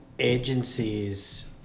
agencies